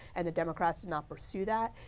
and the democrats did not pursue that.